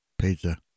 Pizza